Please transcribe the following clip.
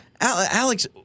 Alex